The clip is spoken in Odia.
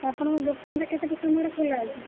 ଆପଣଙ୍କ ଦୋକାନଟା କେତେଟା ସମୟରେ ଖୋଲା ଅଛି